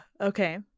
Okay